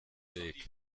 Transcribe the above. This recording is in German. weg